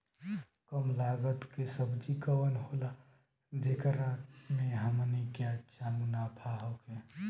कम लागत के सब्जी कवन होला जेकरा में हमनी के अच्छा मुनाफा होखे?